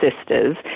sisters